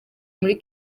muri